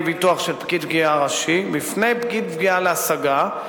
ביטוח של פקיד גבייה ראשי בפני פקיד גבייה להשגה,